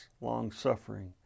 long-suffering